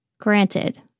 Granted